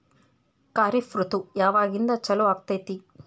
ಖಾರಿಫ್ ಋತು ಯಾವಾಗಿಂದ ಚಾಲು ಆಗ್ತೈತಿ?